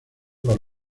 para